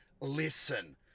listen